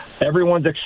Everyone's